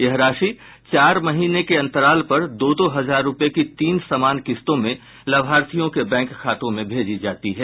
यह राशि चार महीने के अंतराल पर दो दो हजार रूपये की तीन समान किस्तों में लाभार्थियों के बैंक खातों में भेजी जाती है